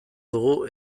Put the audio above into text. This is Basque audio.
dugu